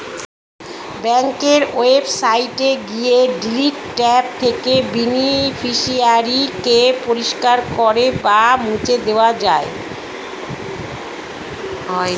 ব্যাঙ্কের ওয়েবসাইটে গিয়ে ডিলিট ট্যাব থেকে বেনিফিশিয়ারি কে পরিষ্কার করে বা মুছে দেওয়া যায়